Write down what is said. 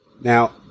Now